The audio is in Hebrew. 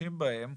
שמשתמשים בהם.